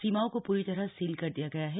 सीमाओं को पूरी तरह सील कर दिया गया है